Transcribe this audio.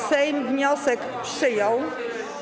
Sejm wniosek przyjął.